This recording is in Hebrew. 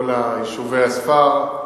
כל יישובי הספר,